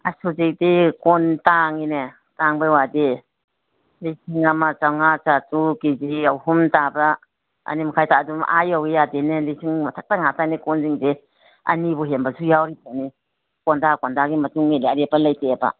ꯑꯁ ꯍꯧꯖꯤꯛꯇꯤ ꯀꯣꯟ ꯇꯥꯡꯏꯅꯦ ꯇꯥꯡꯕꯩ ꯋꯥꯗꯤ ꯂꯤꯁꯤꯡ ꯑꯃ ꯆꯃꯉꯥ ꯆꯥꯇꯔꯨꯛ ꯀꯦꯖꯤ ꯑꯍꯨꯝ ꯇꯥꯕ ꯑꯅꯤꯃꯈꯥꯏ ꯇꯥꯕ ꯑꯗꯨꯝ ꯑꯥ ꯌꯧꯏ ꯌꯥꯗꯦꯅꯦ ꯂꯤꯁꯤꯡ ꯃꯊꯛꯇ ꯉꯥꯛꯇꯅꯤ ꯀꯣꯟꯁꯤꯡꯁꯦ ꯑꯅꯤꯕꯨ ꯍꯦꯟꯕꯁꯨ ꯌꯥꯎꯔꯤꯄꯣꯠꯅꯤ ꯀꯣꯟꯗꯥ ꯀꯣꯟꯗꯥꯒꯤ ꯃꯇꯨꯡ ꯏꯜꯂꯦ ꯑꯔꯦꯞꯄ ꯂꯩꯇꯦꯕ